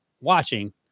watching